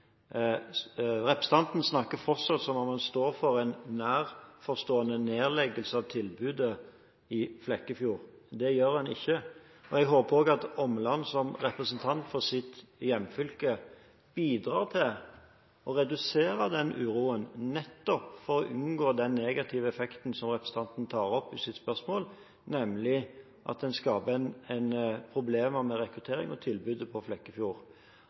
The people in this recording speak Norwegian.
Representanten snakker fortsatt som om man står foran en nær forestående nedlegging av tilbudet i Flekkefjord – det gjør man ikke. Jeg håper også Omland, som representant for sitt hjemfylke, bidrar til å redusere den uroen, nettopp for å unngå den negative effekten som representanten tar opp i sitt spørsmål, nemlig at den skaper problemer med rekruttering og tilbud i Flekkefjord.